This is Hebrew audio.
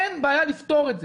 אין בעיה לפתור את זה.